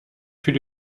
fut